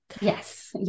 yes